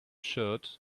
shirt